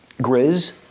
Grizz